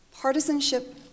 Partisanship